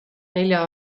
nelja